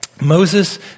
Moses